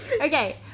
Okay